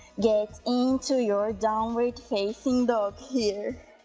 get into your downward facing dog here